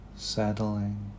settling